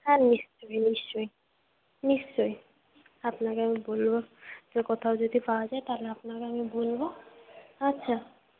হ্যাঁ নিশ্চই নিশ্চই নিশ্চই আপনাকে আমি বলবো যে কোথাও যদি পাওয়া যায় তাহলে আপনাকে আমি বলবো আচ্ছা